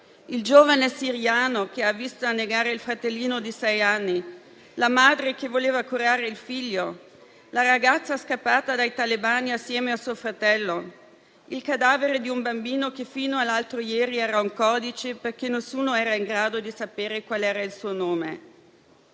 il giovane siriano che ha visto annegare il fratellino di sei anni; la madre che voleva curare il figlio; la ragazza scappata dai talebani assieme a suo fratello; il cadavere di un bambino che fino all'altro ieri era un codice, perché nessuno era in grado di sapere quale fosse il suo nome.